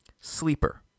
Sleeper